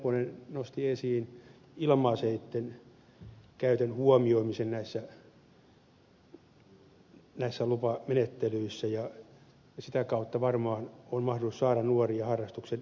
nepponen nosti esiin ilma aseitten käytön huomioimisen näissä lupamenettelyissä ja sitä kautta varmaan on mahdollisuus saada nuoria harrastuksen piiriin